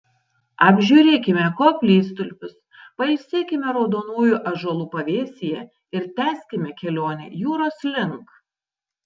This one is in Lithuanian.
apžiūrėkime koplytstulpius pailsėkime raudonųjų ąžuolų pavėsyje ir tęskime kelionę jūros link